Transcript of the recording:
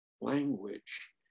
language